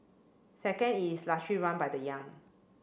second is largely run by the young